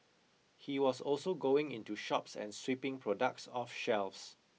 he was also going into shops and sweeping products off shelves